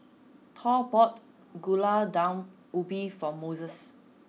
Thor bought Gulai Daun Ubi for Moises